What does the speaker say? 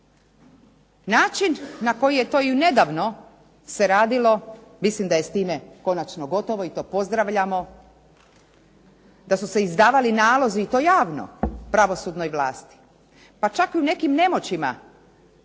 Način na koji je to i nedavno se radilo mislim da je s time konačno gotovo i to pozdravljamo, da su se izdavali nalozi i to javno pravosudnoj vlasti. Pa čak i u nekim nemoćima